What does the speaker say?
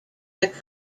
are